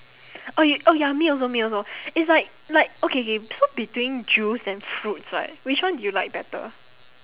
oh you oh ya me also me also it's like like okay K so between juice and fruits right which one do you like better